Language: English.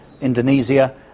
Indonesia